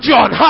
John